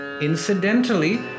Incidentally